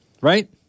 right